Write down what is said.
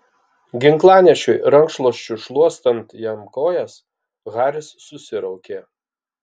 ginklanešiui rankšluosčiu šluostant jam kojas haris susiraukė